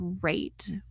great